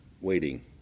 waiting